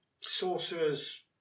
sorcerer's